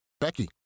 Becky